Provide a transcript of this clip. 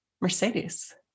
mercedes